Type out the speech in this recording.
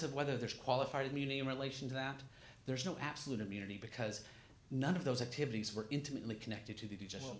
of whether there's qualified immunity in relation to that there is no absolute immunity because none of those activities were intimately connected to the digital